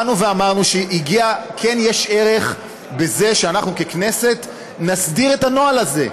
באנו ואמרנו שיש ערך בזה שאנחנו ככנסת נסדיר את הנוהל הזה.